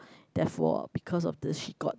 therefore because of this she got